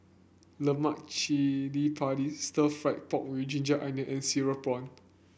Lemak Cili Padi stir fry pork with ginger onion and cereal prawn